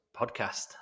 podcast